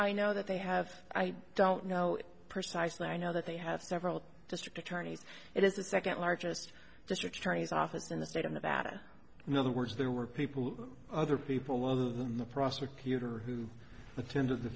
i know that they have i don't know precisely i know that they have several district attorneys it is the second largest district attorney's office in the state of nevada in other words there were people other people other than the prosecutor who attended the